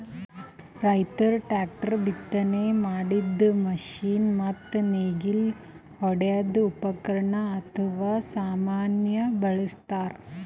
ರೈತರ್ ಟ್ರ್ಯಾಕ್ಟರ್, ಬಿತ್ತನೆ ಮಾಡದ್ದ್ ಮಷಿನ್ ಮತ್ತ್ ನೇಗಿಲ್ ಹೊಡ್ಯದ್ ಉಪಕರಣ್ ಅಥವಾ ಸಾಮಾನ್ ಬಳಸ್ತಾರ್